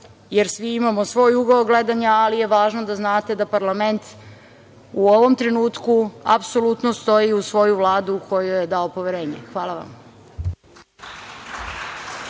jer svi imamo svoj ugao gledanja, ali je važno da znate da parlament u ovom trenutku apsolutno stoji uz svoju Vladu kojoj je dao poverenje. Hvala vam.